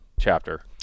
chapter